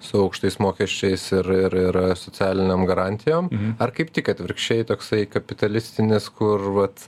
su aukštais mokesčiais ir ir ir socialinėm garantijom ar kaip tik atvirkščiai toksai kapitalistinis kur vat